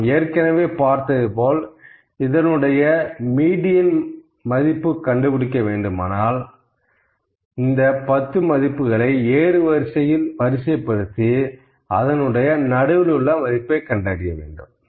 நாம் ஏற்கனவே பார்த்ததுபோல் இதனுடைய மீடியன் கண்டுபிடிக்க வேண்டுமானால் அதாவது அந்தப் 10 மதிப்புகளை ஏறுவரிசையில் வரிசைப்படுத்தி அதனுடைய நடுவில் உள்ள மதிப்பை கண்டறிய வேண்டும்